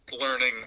learning